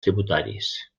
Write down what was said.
tributaris